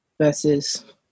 versus